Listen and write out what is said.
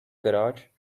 garage